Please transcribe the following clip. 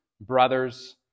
brothers